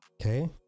Okay